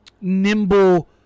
nimble